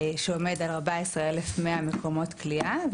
שעומד על 14,100 מקומות כליאה,